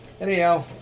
anyhow